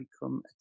become